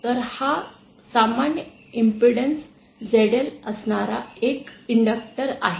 तर हा सामान्य इम्पेडन्स zl असणारा एक इंडक्टर् आहे